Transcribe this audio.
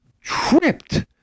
tripped